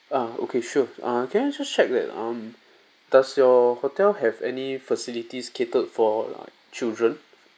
uh okay sure uh can I just check that um does your hotel have any facilities catered for like children